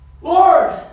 Lord